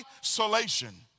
isolation